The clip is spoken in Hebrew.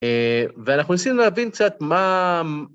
ואנחנו ניסינו להבין קצת מה...